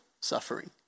suffering